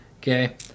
Okay